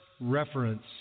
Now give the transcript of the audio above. reference